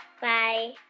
Bye